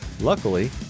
Luckily